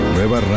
Nueva